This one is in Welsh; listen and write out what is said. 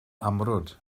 amrwd